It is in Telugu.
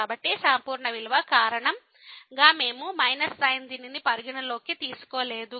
కాబట్టి సంపూర్ణ విలువ కారణంగా మేము sin దీనిని పరిగణనలోకి తీసుకోలేదు